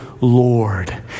Lord